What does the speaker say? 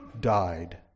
died